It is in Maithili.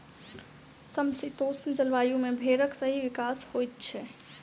समशीतोष्ण जलवायु मे भेंड़क सही विकास होइत छै